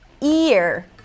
ear